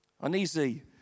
Uneasy